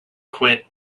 quit